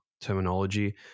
terminology